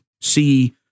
see